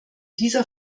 dieser